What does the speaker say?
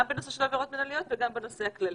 גם בנושא של עבירות מנהליות וגם בנושא הכללי.